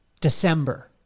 December